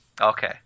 Okay